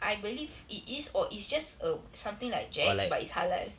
I believe it is or it's just err something like jack's but it's halal